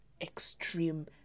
extreme